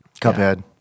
Cuphead